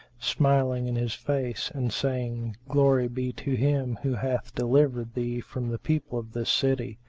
smiling in his face and saying, glory be to him who hath delivered thee from the people of this city!